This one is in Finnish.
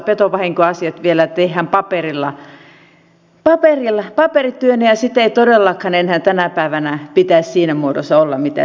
petovahinkoasiat vielä tehdään paperityönä ja sen ei todellakaan enää tänä päivänä pitäisi siinä muodossa olla kuten siellä on